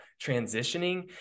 transitioning